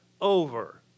over